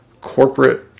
corporate